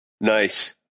Nice